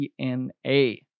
DNA